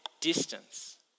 distance